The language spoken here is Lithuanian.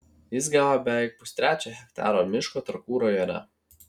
jis gavo beveik pustrečio hektaro miško trakų rajone